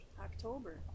October